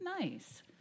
nice